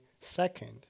second